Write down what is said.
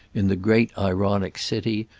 in the great ironic city,